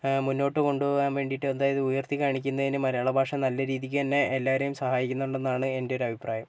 മുന്നോട്ട് കൊണ്ടുപോകാൻ വേണ്ടിയിട്ട് എന്തായാലും ഉയർത്തി കാണിക്കുന്നതിനും മലയാള ഭാഷ നല്ല രീതിക്ക് തന്നെ എല്ലാവരെയും സഹായിക്കുന്നുണ്ടെന്നാണ് എൻ്റെയൊരു അഭിപ്രായം